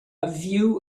view